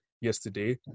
yesterday